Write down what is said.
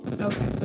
Okay